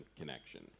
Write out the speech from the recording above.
connection